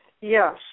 Yes